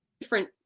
different